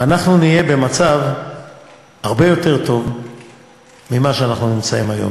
ואנחנו נהיה במצב הרבה יותר טוב מזה שאנחנו נמצאים בו היום.